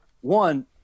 one